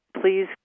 please